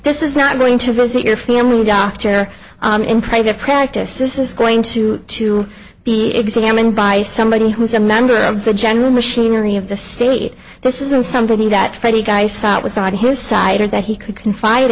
this is not going to visit your family doctor in private practice this is going to to be examined by somebody who's a member of the general machinery of the state this isn't somebody that freddy guys thought was on his side or that he could confide